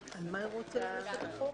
הישיבה ננעלה בשעה 14:01.